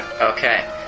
Okay